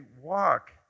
walk